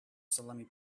salami